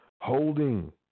holding